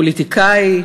פוליטיקאי,